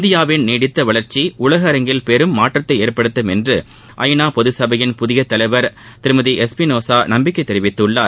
இந்தியாவின் நீடித்த வளர்ச்சி உலக அரங்கில் பெரும் மாற்றத்தை ஏற்படுத்துமென்று ஐநா பொதுசபையின் புதிய தலைவர் திருமதி எஸ்பிநோசா நம்பிக்கை தெரிவித்துள்ளார்